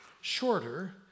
shorter